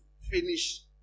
finish